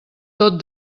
tot